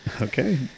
Okay